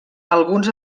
alguns